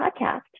podcast